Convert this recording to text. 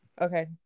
Okay